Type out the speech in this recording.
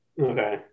okay